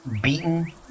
...beaten